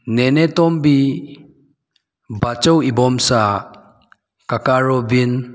ꯅꯦꯅꯦ ꯇꯣꯝꯕꯤ ꯕꯥꯆꯧ ꯏꯕꯣꯝꯆꯥ ꯀꯥꯀꯥ ꯔꯣꯕꯤꯟ